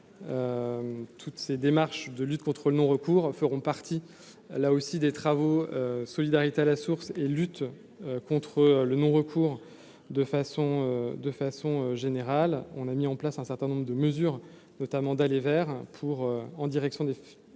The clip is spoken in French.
toutes ces démarches de lutte contre le non recours feront partie là aussi des travaux solidarité à la source et lutte contre le non recours de façon de façon générale, on a mis en place un certain nombre de mesures, notamment d'aller vers pour en direction des